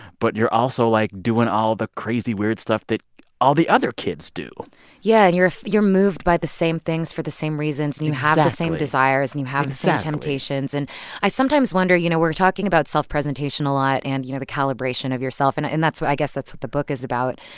but you're also, like, doing all the crazy, weird stuff that all the other kids do yeah, and you're you're moved by the same things for the same reasons and you have the same desires and you have the same temptations. and i sometimes wonder you know, we're talking about self-presentation a lot and, you know, the calibration of yourself in it and that's what i guess that's what the book is about.